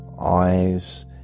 Eyes